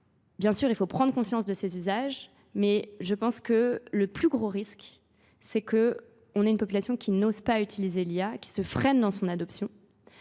bien sûr il faut prendre conscience de ses usages mais je pense que le plus gros risque c'est qu'on ait une population qui n'ose pas utiliser l'IA, qui se freine dans son adoption.